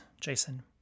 jason